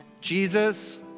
Jesus